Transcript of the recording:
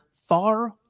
far